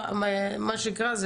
מה שנקרא,